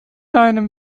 einem